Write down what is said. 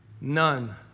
None